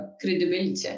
credibility